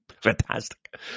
fantastic